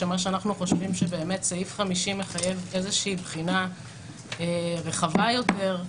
שמה שאנחנו חושבים הוא שבאמת סעיף 50 מחייב איזושהי בחינה רחבה יותר,